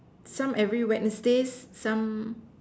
some every Wednesdays some